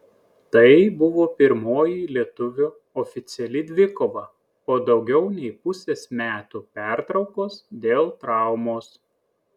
tai buvo pirmoji lietuvio oficiali dvikova po daugiau nei pusės metų pertraukos dėl traumos